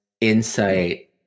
insight